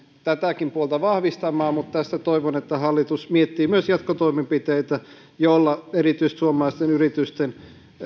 tätäkin puolta vahvistamaan mutta toivon että hallitus miettii myös jatkotoimenpiteitä joilla erityisesti suomalaisten yritysten